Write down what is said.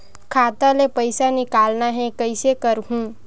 खाता ले पईसा निकालना हे, कइसे करहूं?